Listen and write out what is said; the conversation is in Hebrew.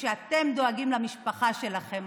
וכשאתם דואגים למשפחה שלכם,